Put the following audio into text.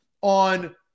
on